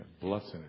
Blessing